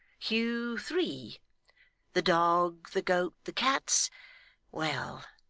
hugh three the dog, the goat, the cats well,